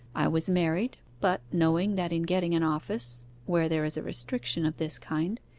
i was married but, knowing that in getting an office where there is a restriction of this kind,